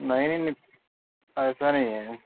نہیں نہ ایسا نہیں ہے